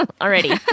already